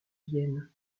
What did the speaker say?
vienne